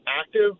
active